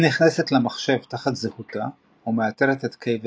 היא נכנסת למחשב תחת זהותה ומאתרת את קיי ודקארד.